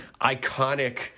iconic